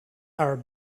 our